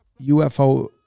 UFO